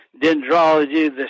Dendrology